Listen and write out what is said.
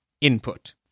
input